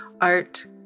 art